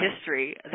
history